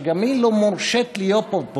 שגם היא לא "מורשית" להיות פה,